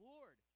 Lord